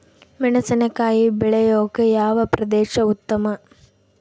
ಮೆಣಸಿನಕಾಯಿ ಬೆಳೆಯೊಕೆ ಯಾವ ಪ್ರದೇಶ ಉತ್ತಮ?